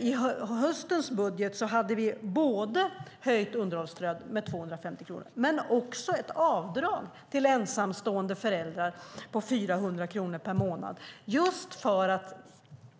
I höstens budget hade vi ett höjt underhållsbidrag med 250 kronor med också ett avdrag till ensamstående föräldrar på 400 kronor per månad just för att